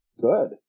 good